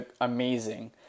amazing